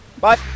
Bye